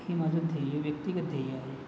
हे माझं ध्येय व्यक्तिगत ध्येय आहे